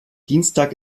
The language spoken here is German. dienstag